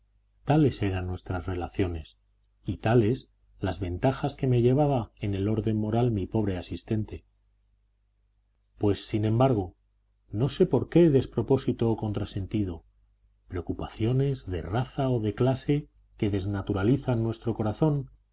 tales eran nuestras relaciones y tales las ventajas que me llevaba en el orden moral mi pobre asistente pues sin embargo no sé por qué despropósito o contrasentido